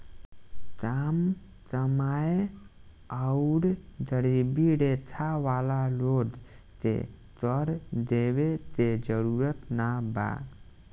काम कमाएं आउर गरीबी रेखा वाला लोग के कर देवे के जरूरत ना होला